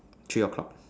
three o'clock